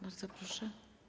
Bardzo proszę.